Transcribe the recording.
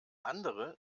andere